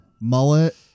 Mullet